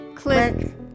Click